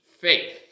faith